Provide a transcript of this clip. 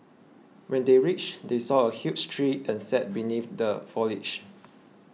when they reached they saw a huge tree and sat beneath the foliage